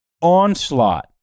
onslaught